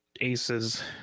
aces